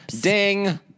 Ding